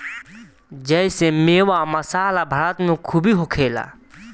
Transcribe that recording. जेइसे मेवा, मसाला भारत मे खूबे होखेला